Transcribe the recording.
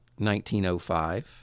1905